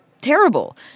terrible